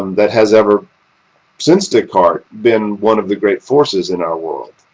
um that has ever since descartes been one of the great forces in our world.